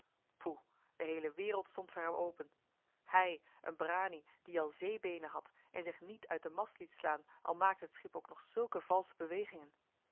poeh de heele wereld stond voor hem open hij een branie die al zeebeenen had en zich niet uit den mast liet slaan al maakte het schip ook nog zulke valsche bewegingen